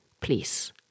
Please